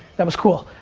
that was cool.